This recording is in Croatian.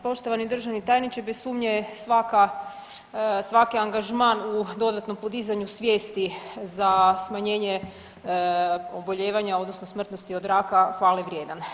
Poštovani državni tajniče bez sumnje svaki angažman u dodatnom podizanju svijesti za smanjenje obolijevanja, odnosno smrtnosti od raka je hvale vrijedan.